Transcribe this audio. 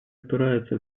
опираются